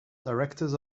directors